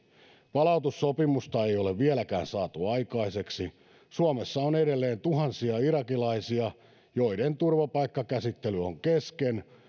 palautussopimusta ei ole vieläkään saatu aikaiseksi suomessa on edelleen tuhansia irakilaisia joiden turvapaikkakäsittely on kesken